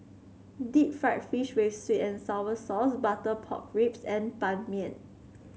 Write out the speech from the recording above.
Deep Fried Fish with sweet and sour sauce Butter Pork Ribs and Ban Mian